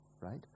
right